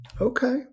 Okay